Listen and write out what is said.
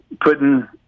putting